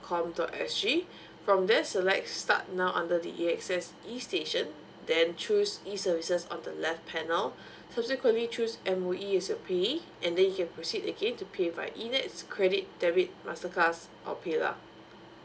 com dot S G from there select start now under the E access E station then choose E services of the left panel subsequently choose M_O_E as your payee and then you can proceed again to pay via e net credit debit mastercard or pay lah